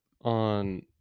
on